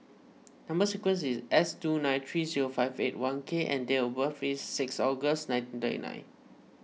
Number Sequence is S two nine three zero five eight one K and date of birth is six August nineteen thirty nine